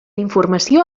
informació